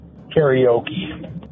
Karaoke